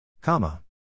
Comma